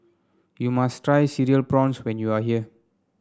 you must try Cereal Prawns when you are here